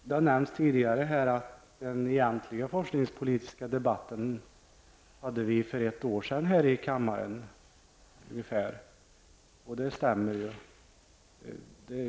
Det har tidigare nämnts här att den egentliga forskningspolitiska debatten hade vi för ungefär ett år sedan här i kammaren. Det stämmer ju.